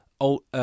old